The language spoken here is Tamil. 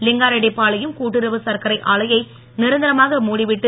லிங்காரெட்டிப்பாளையம் கூட்டுறவு சர்க்கரை ஆலையை நீரந்தரமாக மூடிவிட்டு